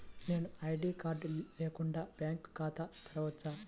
నేను ID card లేకుండా bank ఖాతా తెరవచ్చా?